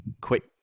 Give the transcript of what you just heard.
quick